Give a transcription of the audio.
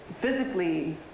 physically